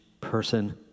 person